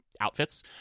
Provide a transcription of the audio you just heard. outfits